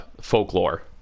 folklore